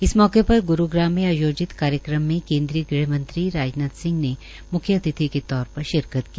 इस मौके पर ग्रूग्राम में आयोजित कार्यक्रम में केन्द्रीय गृहमंत्री राजनाथ सिंह ने मुख्यअथिति के तौर पर शिरकत की